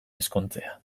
ezkontzea